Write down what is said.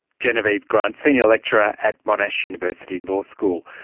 genevieve grant, senior lecturer at monash university law school.